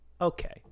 Okay